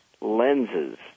lenses